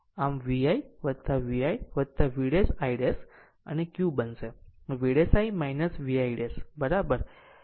આમ VI VI V ' I ' અને Q બનશે V ' I VI ' બરાબર